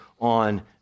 on